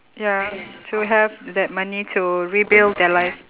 ya to have that money to rebuild their life